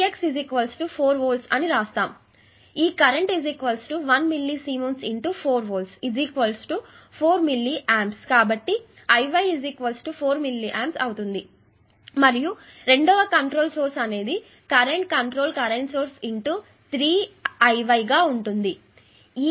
కాబట్టి ఈ current 1 millisiemens 4V 4 milliA కాబట్టి ఈ iy 4milli A మరియు ఈ రెండవ కంట్రోల్ సోర్స్ అనేది కరెంట్ కంట్రోల్ కరెంట్ సోర్స్ 3 గా ఉంటుంది